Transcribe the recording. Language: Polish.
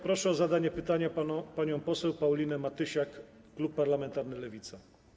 Proszę o zadanie pytania panią poseł Paulinę Matysiak, klub parlamentarny Lewica.